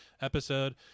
episode